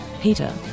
Peter